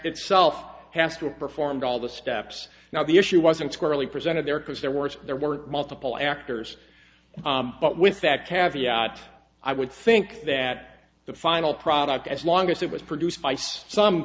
itself has to performed all the steps now the issue wasn't squarely presented there because there were there were multiple actors but with that caveat i would think that the final product as long as it was produced by some